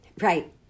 Right